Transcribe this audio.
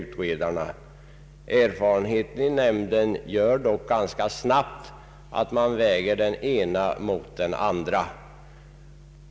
Nämndens erfarenhet gör dock att den ganska snabbt kan väga det ena uttalandet mot det andra.